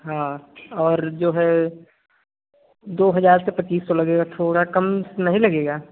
हाँ और जो है दो हज़ार से पच्चीस सौ लगेगा थोड़ा कम नहीं लगेगा